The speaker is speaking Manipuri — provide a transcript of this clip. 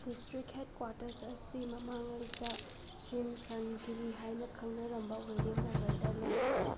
ꯗꯤꯁꯇ꯭ꯔꯤꯛ ꯍꯦꯗꯀ꯭ꯋꯥꯔꯇꯔꯁ ꯑꯁꯤ ꯃꯃꯥꯉꯩꯗ ꯁ꯭ꯔꯤꯝꯁꯟꯒꯤꯔꯤ ꯍꯥꯏꯅ ꯈꯪꯅꯔꯝꯕ ꯋꯤꯂ꯭ꯌꯝꯅꯥꯒꯔꯗ ꯂꯩ